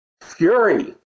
fury